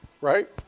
right